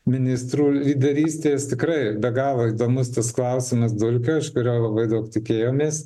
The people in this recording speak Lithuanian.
ministrų lyderystės tikrai be galo įdomus tas klausimas dulkio iš kurio labai daug tikėjomės